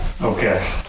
okay